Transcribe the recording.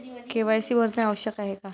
KYC भरणे आवश्यक आहे का?